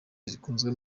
zikunzwe